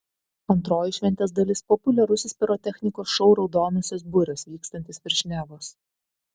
antroji šventės dalis populiarusis pirotechnikos šou raudonosios burės vykstantis virš nevos